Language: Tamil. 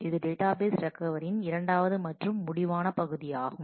இது டேட்டாபேஸ் ரெக்கவரியின் இரண்டாவது மற்றும் முடிவான பகுதியாகும்